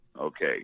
Okay